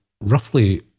roughly